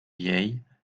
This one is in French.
vieille